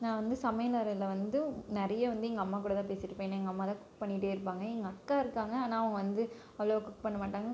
நான் வந்து சமையல் அறையில் வந்து நிறைய வந்து எங்கள் அம்மா கூடதான் பேசிக்கிட்டு இருப்பேன் ஏன்னால் எங்கள் அம்மாதான் குக் பண்ணிகிட்டே இருப்பாங்க எங்கள் அக்கா இருக்காங்க ஆனால் அவங்க வந்து அவ்வளோ குக் பண்ண மாட்டாங்க